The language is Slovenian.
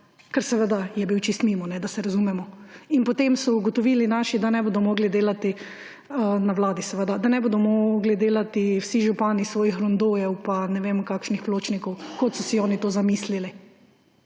nam ‒ ker je bil čisto mimo, da se razumemo. In potem so ugotovili naši, na vladi seveda, da ne bodo mogli delati vsi župani svojih rondojev, pa ne vem kakšnih pločnikov, kot so si oni to zamislili.